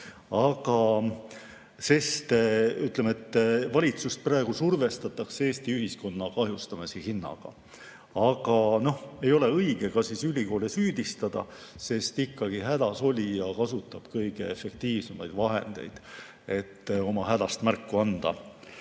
sulgemisega. Ütleme, et valitsust praegu survestatakse Eesti ühiskonna kahjustamise hinnaga. Aga ei ole õige ka ülikoole süüdistada, sest hädasolija kasutab ikkagi kõige efektiivsemaid vahendeid, et oma hädast märku anda.